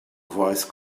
voice